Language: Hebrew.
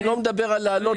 אני לא מדבר על להעלות,